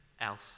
else